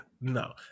no